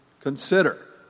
consider